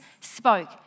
spoke